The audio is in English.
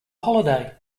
holiday